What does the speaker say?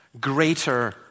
greater